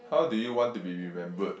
how do you want to be remembered